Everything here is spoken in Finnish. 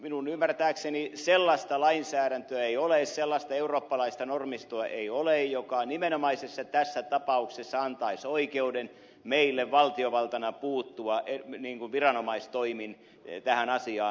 minun ymmärtääkseni sellaista lainsäädäntöä ei ole sellaista eurooppalaista normistoa ei ole joka nimenomaisesti tässä tapauksessa antaisi oikeuden meille valtiovaltana puuttua viranomaistoimin tähän asiaan